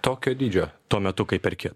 tokio dydžio tuo metu kai perki